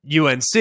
UNC